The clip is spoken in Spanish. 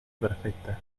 perfecta